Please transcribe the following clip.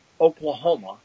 oklahoma